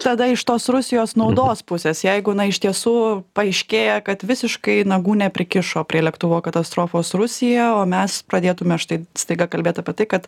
tada iš tos rusijos naudos pusės jeigu iš tiesų paaiškėja kad visiškai nagų neprikišo prie lėktuvo katastrofos rusija o mes pradėtume štai staiga kalbėt apie tai kad